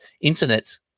internet